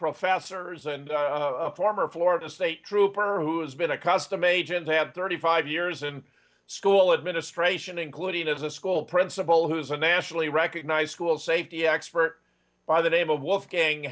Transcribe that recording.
professors and former florida state trooper who's been a custom agent had thirty five years in school administration including as a school principal who is a nationally recognized school safety expert by the name of wolfgang